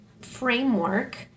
framework